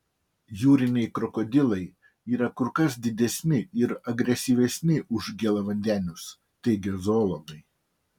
jūriniai krokodilai yra kur kas didesni ir agresyvesni už gėlavandenius teigia zoologai